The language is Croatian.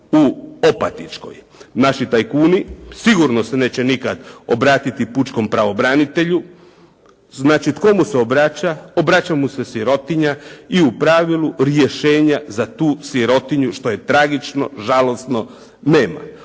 u Opatičkoj. Naši tajkuni sigurno se neće nikad obratiti pučkom pravobranitelju. Znači tko mu se obraća? Obraća mi se sirotinja i u pravilu rješenja za tu sirotinju, što je tragično, žalosno, nema.